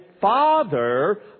Father